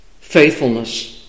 faithfulness